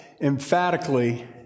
emphatically